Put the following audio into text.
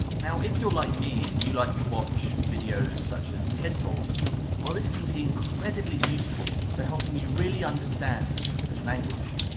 now if you're like me and you like to watch videos such as ted talks well, this can be incredibly useful for helping you really understand the english language.